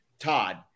Todd